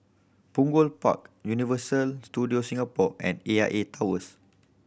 Punggol Park Universal Studios Singapore and A I A Towers